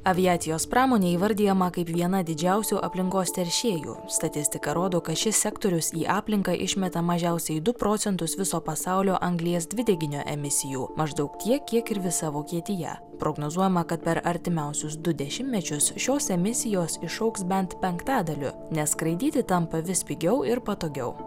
aviacijos pramonė įvardijama kaip viena didžiausių aplinkos teršėjų statistika rodo kad šis sektorius į aplinką išmeta mažiausiai du procentus viso pasaulio anglies dvideginio emisijų maždaug tiek kiek ir visa vokietija prognozuojama kad per artimiausius du dešimtmečius šios emisijos išaugs bent penktadaliu nes skraidyti tampa vis pigiau ir patogiau